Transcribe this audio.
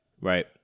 Right